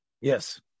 yes